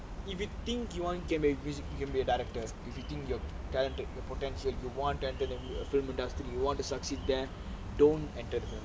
if you think you want K maybe you want to be a director if you think your current potential you want to enter the film industry you want to start sit there don't enter the film